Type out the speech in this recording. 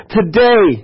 today